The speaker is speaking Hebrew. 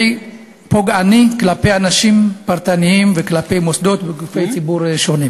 פוגעני כלפי אנשים פרטיים וכלפי מוסדות וגופי ציבור שונים.